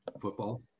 football